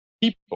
people